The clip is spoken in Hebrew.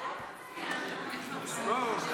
אתה